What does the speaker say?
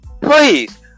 Please